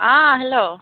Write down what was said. आ हेल'